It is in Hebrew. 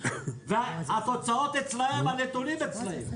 והתוצאות אצלם והנתונים אצלם.